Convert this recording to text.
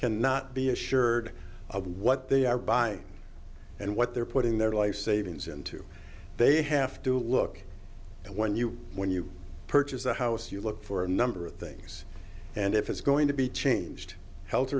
cannot be assured of what they are buying and what they're putting their life savings into they have to look at when you when you purchase a house you look for a number of things and if it's going to be changed helt